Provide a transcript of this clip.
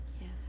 Yes